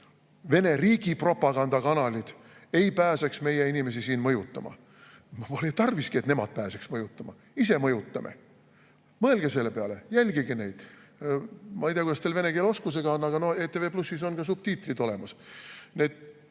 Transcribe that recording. Vene riigi propagandakanalid ei pääseks meie inimesi siin mõjutama. No pole tarviski, et nemad pääseks mõjutama – ise mõjutame. Mõelge selle peale! Jälgige neid! Ma ei tea, kuidas teil vene keele oskusega on, aga ETV+-is on ka subtiitrid olemas.